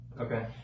okay